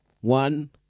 one